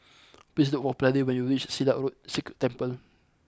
please look for Brady when you reach Silat Road Sikh Temple